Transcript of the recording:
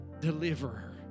deliverer